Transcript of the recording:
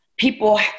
People